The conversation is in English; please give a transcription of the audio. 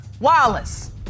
Wallace